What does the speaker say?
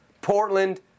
Portland